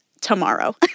tomorrow